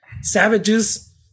savages